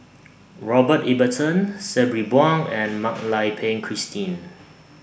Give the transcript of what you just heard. Robert Ibbetson Sabri Buang and Mak Lai Peng Christine